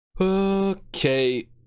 Okay